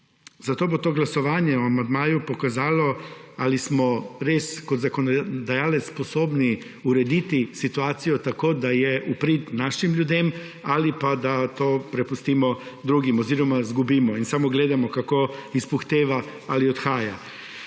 Zato bo to glasovanje o amandmaju pokazalo, ali smo kot zakonodajalec res sposobni urediti situacijo tako, da je v prid našim ljudem, ali pa to prepustimo drugim oziroma izgubimo in samo gledamo, kako izpuhteva ali odhaja.